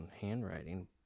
handwriting